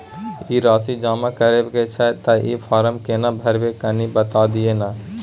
ई राशि जमा करबा के छै त ई फारम केना भरबै, कनी बता दिय न?